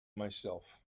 myself